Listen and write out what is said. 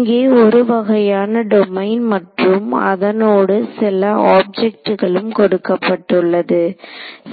இங்கே ஒரு வகையான டொமைன் மற்றும் அதனோடு சில ஆப்ஜெக்ட்களும் கொடுக்கப்பட்டுள்ளது